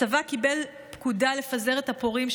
הצבא קיבל פקודה לפזר את הפורעים,